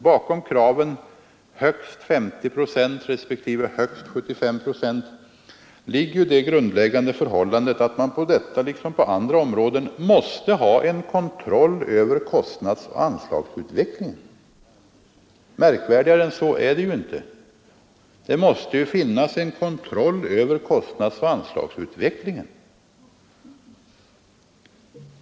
Bakom kraven på högst 50 procent respektive högst 75 procent ligger ju det grundläggande förhållandet att man på detta område liksom på andra områden måste ha en kontroll över kostnadsoch anslagsutvecklingen. Märkvärdigare än så är det inte. Det måste ju finnas en kontroll över kostnadsoch anslagsutvecklingen.